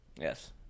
Yes